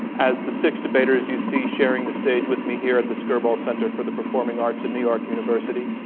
as the six debaters you see sharing the stage with me here at the skirball center for the performing arts at new york university.